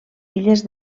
illes